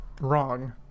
wrong